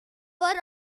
were